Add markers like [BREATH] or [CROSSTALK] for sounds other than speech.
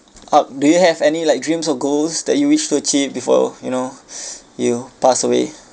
uh do you have any like dreams or goals that you wish to achieve before you know [BREATH] you pass away